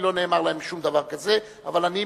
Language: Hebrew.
כי לא נאמר להם שום דבר כזה.